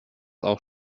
auch